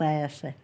উপায় আছে